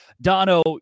Dono